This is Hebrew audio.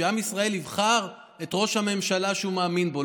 שעם ישראל יבחר את ראש הממשלה שהוא מאמין בו,